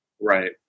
Right